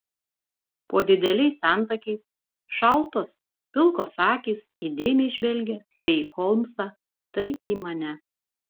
po dideliais antakiais šaltos pilkos akys įdėmiai žvelgė tai į holmsą tai į mane